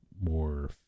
more